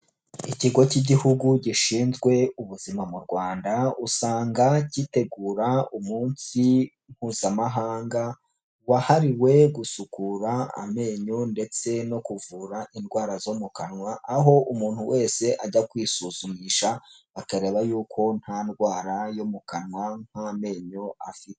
Ikigo cy'igihugu gishinzwe ubuzima mu Rwanda, usanga gitegura umunsi Mpuzamahanga wahariwe gusukura amenyo ndetse no kuvura indwara zo mu kanwa, aho umuntu wese ajya kwisuzumisha bakareba yuko nta ndwara yo mu kanwa nk'amenyo afite.